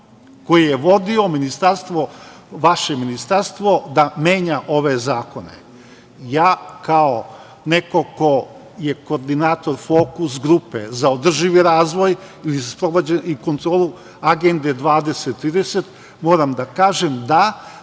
koji je vodilo vaše ministarstvo da menja ove zakone. Ja kao neko ko je koordinator „Fokus grupe“ za održivi razvoj i kontrolu Agende 20-30, moram da kažem da